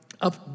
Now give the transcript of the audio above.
up